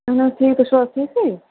اَہن حظ ٹھیٖک تُہۍ چھِو حظ ٹھیٖکٕے